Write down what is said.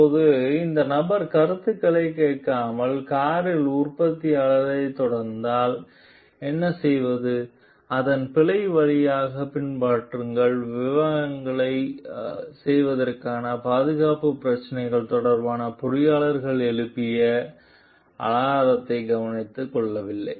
இப்போது இந்த நபர் கருத்துக்களைக் கேட்காமல் காரின் உற்பத்தியைத் தொடர்ந்தால் என்ன செய்வது அதன் பழைய வழிகளைப் பின்பற்றுங்கள் விஷயங்களைச் செய்வதற்கான பாதுகாப்பு பிரச்சினைகள் தொடர்பாக பொறியாளர் எழுப்பிய அலாரத்தை கவனத்தில் கொள்ளவில்லை